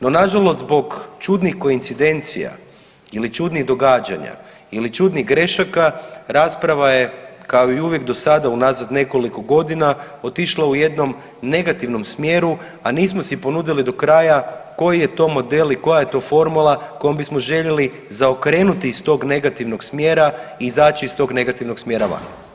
No, nažalost zbog čudnih koincidencija ili čudnih događanja ili čudnih grešaka rasprava je kao i uvijek do sada unazad nekoliko godina otišla u jednom negativnom smjeru, a nismo si ponudili do kraja koji je to model i koja je to formula kojom bismo željeli zaokrenuti iz tog negativnog smjera i izaći iz tog negativnog smjera van.